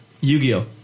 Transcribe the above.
Yu-Gi-Oh